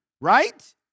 right